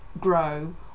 grow